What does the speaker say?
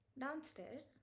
Downstairs